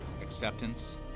acceptance